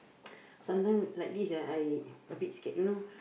sometimes like this ah I a bit scared you know